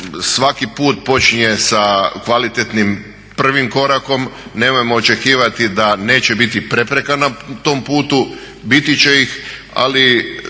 svaki put počinje sa prvim kvalitetnim korakom. Nemojmo očekivati da neće biti prepreka na tom putu, biti će ih, ali